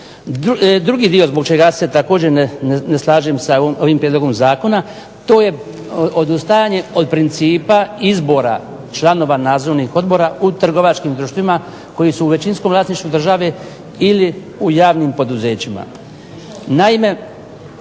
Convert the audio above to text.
Drugi dio zbog čega se također ne slažem s ovim prijedlogom zakona to je odustajanje od principa izbora članova nadzornih odbora u trgovačkim društvima koji su u većinskom vlasništvu države ili u javnim poduzećima.